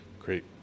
Great